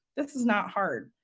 this is not hard!